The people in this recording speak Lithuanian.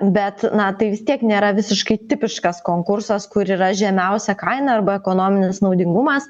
bet na tai vis tiek nėra visiškai tipiškas konkursas kur yra žemiausia kaina arba ekonominis naudingumas